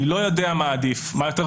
אני לא יודע מה יותר גרוע.